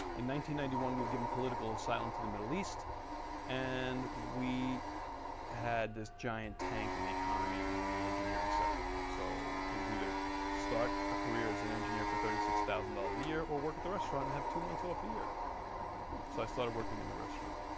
ninety ninety one we'd given political asylum to the middle east and we had this giant tank in the economy in the engineering sector so it was either start a career as an and engineer for thirty six thousand dollars a year or work at the restaurant and have two months off a year so i started working in the restaurant.